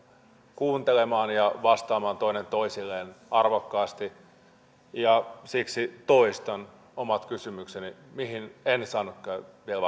kuuntelemaan ja vastaamaan toinen toisilleen arvokkaasti siksi toistan omat kysymykseni mihin en saanut vielä